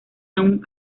aún